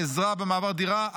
עזרה במעבר דירה,